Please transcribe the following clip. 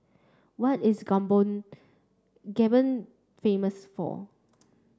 what is Gabon famous for